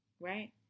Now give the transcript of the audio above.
right